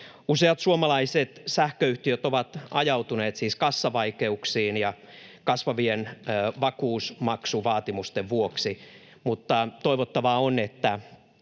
Useat suomalaiset sähköyhtiöt ovat ajautuneet siis kassavaikeuksiin kasvavien vakuusmaksuvaatimusten vuoksi. Mutta toivottavaa on, että